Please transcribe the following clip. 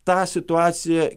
tą situaciją